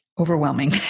overwhelming